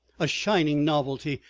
a shining novelty,